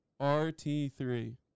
RT3